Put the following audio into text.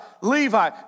Levi